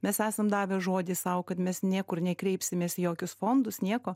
mes esam davę žodį sau kad mes niekur nei kreipsimės į jokius fondus nieko